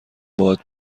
باهات